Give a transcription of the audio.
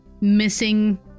missing